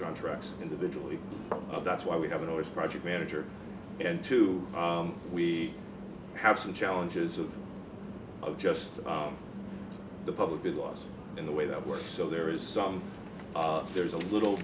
contracts individually that's why we haven't always project manager and two we have some challenges of of just the public good loss in the way that works so there is some there's a little